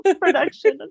production